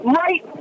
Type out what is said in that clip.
right